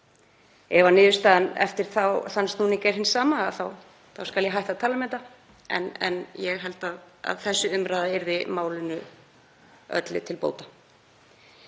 Ef niðurstaðan eftir þann snúning er hin sama skal ég hætta að tala um þetta, en ég held að þessi umræða yrði málinu öllu til bóta.